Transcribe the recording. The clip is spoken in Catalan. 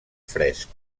fresc